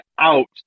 out